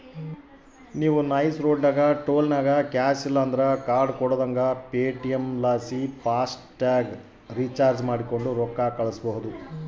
ನಾವು ನೈಸ್ ರೋಡಿನಾಗ ಟೋಲ್ನಾಗ ಕ್ಯಾಶ್ ಇಲ್ಲಂದ್ರ ಕಾರ್ಡ್ ಕೊಡುದಂಗ ಪೇಟಿಎಂ ಲಾಸಿ ಫಾಸ್ಟಾಗ್ಗೆ ರೊಕ್ಕ ಕಳ್ಸ್ಬಹುದು